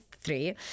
three